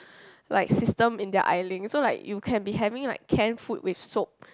like system in their isleing and so like you can be having can food with soap